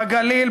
בגליל,